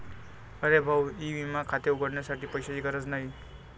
अरे भाऊ ई विमा खाते उघडण्यासाठी पैशांची गरज नाही